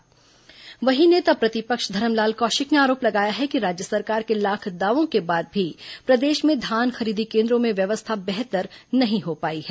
धरमलाल कौशिक धान वहीं नेता प्रतिपक्ष धरमलाल कौशिक ने आरोप लगाया है कि राज्य सरकार के लाख दावों के बाद भी प्रदेश में धान खरीदी केन्द्रों में व्यवस्था बेहतर नहीं हो पाई है